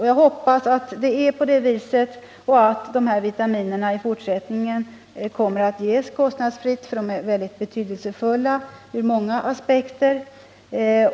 Jag hoppas att det är på det viset och att vitaminerna i fortsättningen kommer att ges kostnadsfritt, för de är väldigt betydelsefulla ur många aspekter.